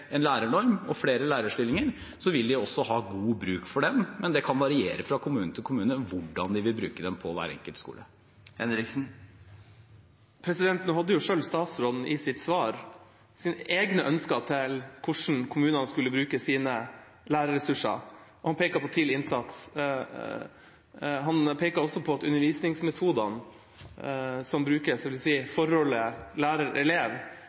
en lærernorm og flere lærerstillinger, vil de også ha god bruk for dem, men det kan variere fra kommune til kommune hvordan de vil bruke dem på hver enkelt skole. Nå hadde statsråden selv i sitt svar sine egne ønsker til hvordan kommunene skulle bruke sine lærerressurser, og han pekte på tidlig innsats. Han pekte også på at undervisningsmetodene som brukes,